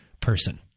person